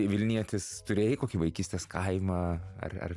vilnietis turėjai kokį vaikystės kaimą ar ar